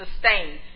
sustained